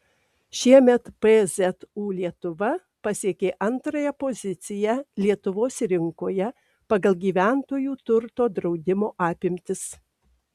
šiemet pzu lietuva pasiekė antrąją poziciją lietuvos rinkoje pagal gyventojų turto draudimo apimtis